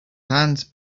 hands